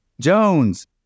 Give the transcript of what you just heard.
Jones